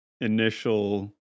initial